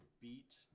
beat